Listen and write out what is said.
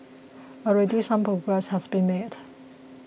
already some progress has been made